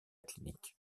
clinique